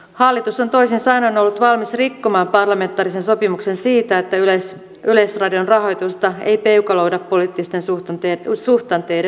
hallitus on toisin sanoen ollut valmis rikkomaan parlamentaarisen sopimuksen siitä että yleisradion rahoitusta ei peukaloida poliittisten suhdanteiden mukaan